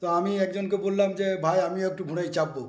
তো আমি একজনকে বললাম যে ভাই আমি একটু ঘোড়ায় চাপবো